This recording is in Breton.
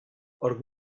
hor